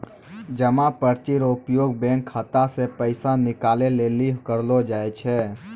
जमा पर्ची रो उपयोग बैंक खाता से पैसा निकाले लेली करलो जाय छै